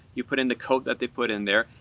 you put in the code that they put in there,